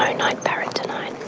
ah night parrot tonight.